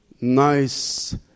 nice